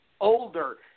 older